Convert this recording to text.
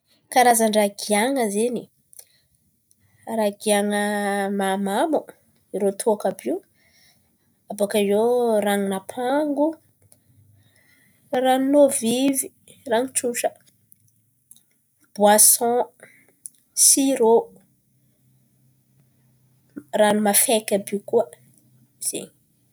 Karazan-drà gihan̈a zen̈y, rahà gihan̈a mahamamo: irô tôka àby io. Abôkà eo ranon'apango, ranon' ôvivy, rano tsotra, boisan, sirô, rano mafaiky àby io koa, zen̈y.